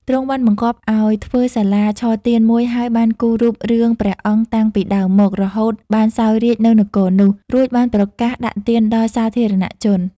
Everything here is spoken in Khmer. ទ្រង់បានបង្គាប់ឲ្យធ្វើសាលាឆទានមួយហើយបានគូររូបរឿងព្រះអង្គតាំងពីដើមមក រហូតបានសោយរាជ្យនៅនគរនោះ រួចបានប្រកាសដាក់ទានដល់សាធារណជន។